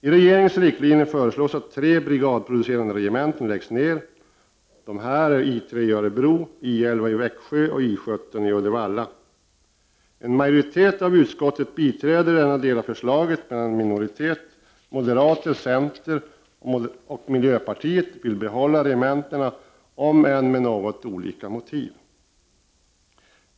I regeringens riktlinjer föreslås att tre brigadproducerande regementen läggs ned, nämligen I3 i Örebro, I 11 i Växjö och I 17 i Uddevalla. En majoritet av utskottet biträder denna del av förslaget, medan en minoritet bestående av m, c och mp vill behålla regementena — om än med något olika motiv.